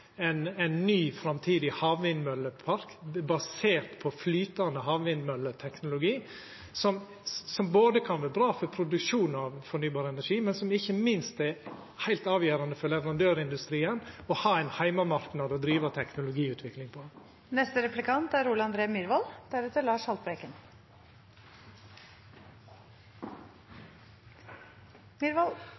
ein ny framtidig havvindmøllepark basert på flytande havvindmølleteknologi, som både kan vera bra for produksjonen av ny energi, og som det ikkje minst er heilt avgjerande for leverandørindustrien å ha ein heimemarknad å driva teknologiutvikling